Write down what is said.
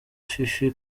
fifi